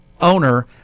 owner